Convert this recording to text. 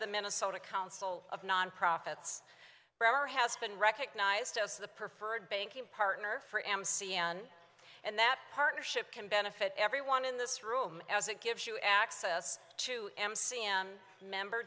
the minnesota council of nonprofits bremmer has been recognized as the preferred banking partner for m c n and that partnership can benefit everyone in this room as it gives you access to c m member